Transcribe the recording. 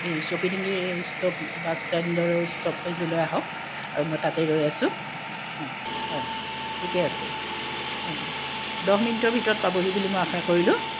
এই চৌকিডিংগিৰ stop bus stand আৰু ষ্টপেজলৈ আহক আৰু মই তাতে ৰৈ আছো অঁ হয় ঠিকে আছে অঁ দহ মিনিটৰ ভিতৰত পাবহি বুলি মই আশা কৰিলোঁ